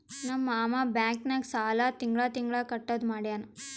ನಮ್ ಮಾಮಾ ಬ್ಯಾಂಕ್ ನಾಗ್ ಸಾಲ ತಿಂಗಳಾ ತಿಂಗಳಾ ಕಟ್ಟದು ಮಾಡ್ಯಾನ್